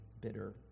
bitter